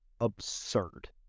absurd